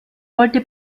wollte